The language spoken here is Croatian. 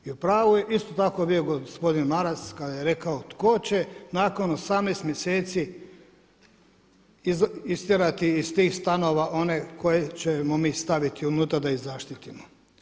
I u pravu je isto tako bio gospodin Maras kada je rekao tko će nakon 18 mjeseci istjerati iz tih stanova one koje ćemo mi staviti unutra da ih zaštitimo.